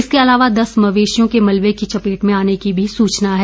इसके अलावा दस मवेशियों के पानी और मलबे की चपेट में आने की भी सूचना है